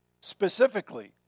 specifically